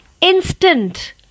instant